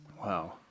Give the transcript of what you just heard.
Wow